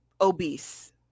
obese